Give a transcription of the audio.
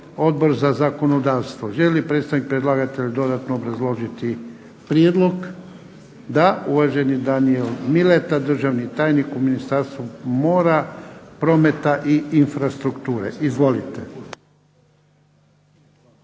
Odbor za zakonodavstvo. Želi li predstavnik predlagatelja dodatno obrazložiti prijedlog? Da. Uvaženi Danijel Mileta državni tajnik u Ministarstvu mora, prometa i infrastrukture. **Mileta,